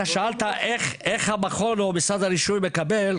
אתה שאלת איך המכון או משרד הרישוי מקבל,